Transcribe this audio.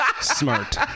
Smart